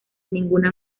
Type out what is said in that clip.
ninguna